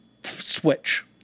switch